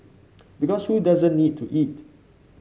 because who doesn't need to eat